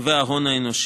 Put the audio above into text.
וההון האנושי.